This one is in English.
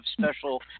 special